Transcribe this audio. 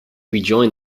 rejoined